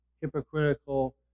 hypocritical